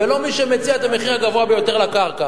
ולא מי שמציע את המחיר הגבוה ביותר לקרקע.